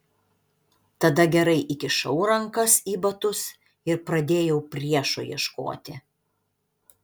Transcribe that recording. tada gerai įkišau rankas į batus ir pradėjau priešo ieškoti